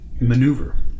maneuver